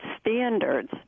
standards